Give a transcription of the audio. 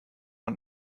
und